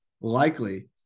Likely